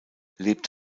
lebt